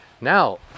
Now